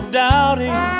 doubting